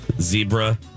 zebra